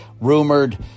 rumored